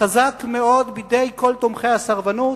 חזק מאוד בידי כל תומכי הסרבנות.